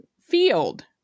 field